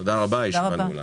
תודה רבה, הישיבה נעולה.